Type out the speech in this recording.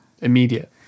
immediate